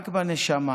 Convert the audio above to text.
רק בנשמה /